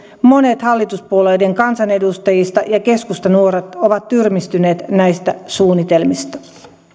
monet hallituspuolueiden kansanedustajista ja keskustanuoret ovat tyrmistyneet näistä suunnitelmista